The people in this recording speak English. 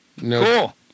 Cool